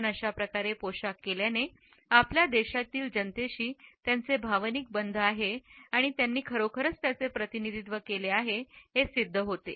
पण अशा प्रकारे पोशाख केल्याने आपल्या देशातील जनतेशी त्यांचे भावनिक बंद आहेत आणि त्यांनी खरोखर त्यांचे प्रतिनिधित्व केले हे सिद्ध होते